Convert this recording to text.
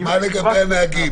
מה לגבי הנהגים?